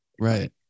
Right